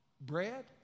bread